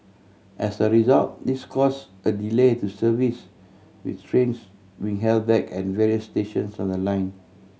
as a result this cause a delay to service with trains being held back at various stations on the line